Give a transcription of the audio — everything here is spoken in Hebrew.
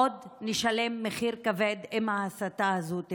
עוד נשלם מחיר כבד אם ההסתה הזאת תמשך.